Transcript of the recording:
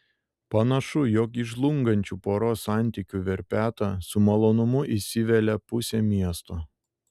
panašu jog į žlungančių poros santykių verpetą su malonumu įsivelia pusė miesto